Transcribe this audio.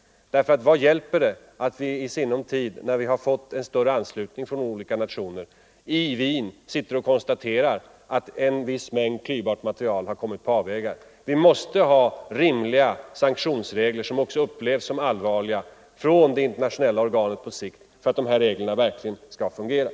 Vad hjälper det att vi i sinom tid, när ett större antal nationer har anslutit sig, sitter i Wien och konstaterar att en viss mängd klyvbart material har kommit på avvägar? Vi måste också ha tillgång till sanktionsregler från det internationella kontrollorganet som upplevs som allvarliga på sikt för att dessa kontrollregler verkligen skall efterlevas.